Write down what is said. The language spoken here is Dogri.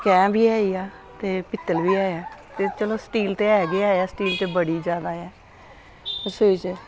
कैंंह् बी ऐ ते पित्तल बी ऐ ते चलो स्टील ते ऐ गै ऐ स्टील ते बड़ी ज्यादा ऐ रसोई च